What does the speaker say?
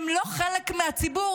הם לא חלק מהציבור.